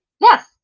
yes